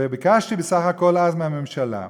ביקשתי בסך הכול אז מהממשלה,